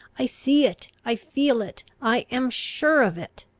i see it! i feel it! i am sure of it!